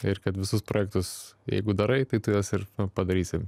ir kad visus projektus jeigu darai tai tu juos ir padarysi